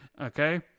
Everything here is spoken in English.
Okay